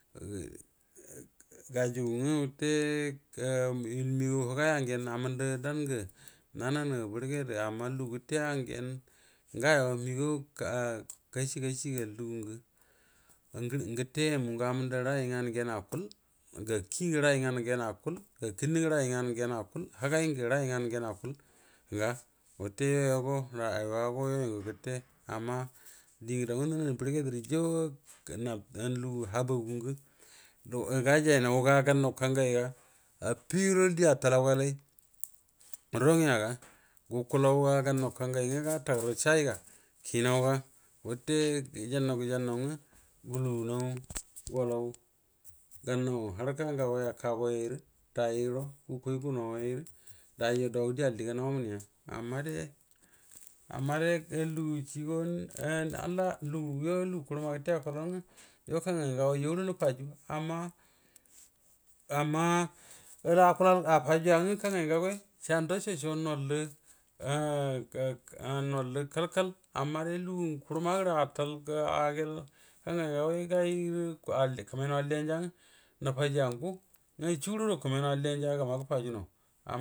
gaa gajugu wate məgaw həgay gyen amandu dangə nananə burge də, amma lugu yəte gyar gawo məgaw kashi kashi ga lugu ammand gəte mu rayi nganu nganu akual, gəa kənnə rayi n gann akual, həyay rayi nganu akual a wate you yo go rawuya so you yo ngə gəte ma diengwə nanani burge dierre ju uwa lugu habanungwe gajay naw gamnaw hanyan ga affi guro die attala ga gaw ron ya guku law ga gan naw kanyan gatagar shayi kinaw watə gəjan naw gəjannaw ngwə gulunaw golaw gannaw haraka nga gway a kagu ay ngə day yon guəro gu kiy gunawayrə day yan yai dow die aligaw gan wamuna ya, amma day, am maday halla lugu kurama gətə yo kangay ngagua yu ngwa kangay ngagway sa ndaco co nullə kai kai amma day lugu kurama gərə atal, ayel kanyay ngar guau gay gərv kamay naw alliya jaga nefju ngwə suguri guro kamay naw alliyanjay a gram gəfajunaw.